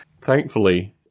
thankfully